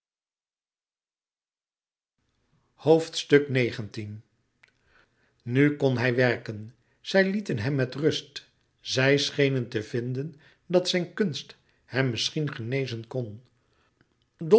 nu kon hij werken zij lieten hem met rust zij schenen te vinden dat zijn kunst hem misschien genezen kon